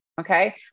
okay